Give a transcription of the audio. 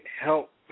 help